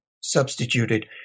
substituted